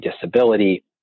disability